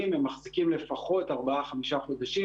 הם מחזיקים לפחות ארבעה-חמישה חודשים,